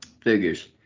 Figures